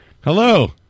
Hello